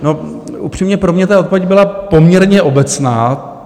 No, upřímně, pro mě ta odpověď byla poměrně obecná.